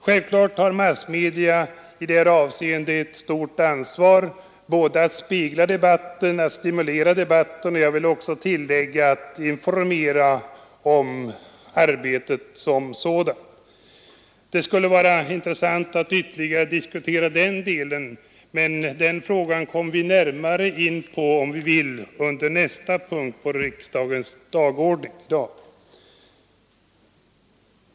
Självfallet har massmedia i detta avseende ett stort ansvar att spegla och stimulera debatten och, vill jag tillägga, informera om riksdagens verksamhet. Det skulle vara intressant att ytterligare diskutera detta, men denna fråga kan vi, om vi vill, närmare gå in på under nästa punkt på dagordningen.